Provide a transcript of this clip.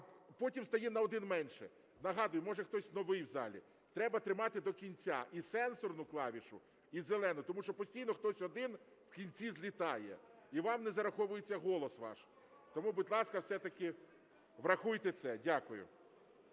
потім стає на один менше. Нагадую, може, хтось новий в залі, треба тримати до кінця і сенсорну клавішу, і зелену, тому що постійно хтось один в кінці злітає і вам не зараховується голос ваш. Тому, будь ласка, все-таки врахуйте це. Дякую.